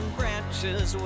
branches